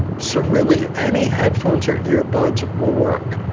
so really any headphones or earbuds will work.